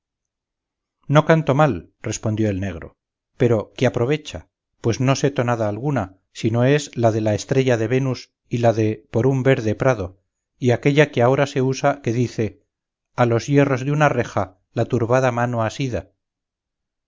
no canto mal respondió el negro pero qué aprovecha pues no sé tonada alguna si no es la de la estrella de venus y la de por un verde prado y aquélla que ahora se usa que dice a los hierros de una reja la turbada mano asida